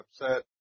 upset